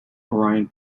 orion